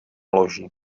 loži